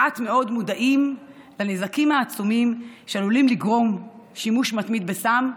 מעט מאוד מודעים לנזקים העצומים שעלול לגרום שימוש מתמיד בסם,